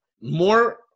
More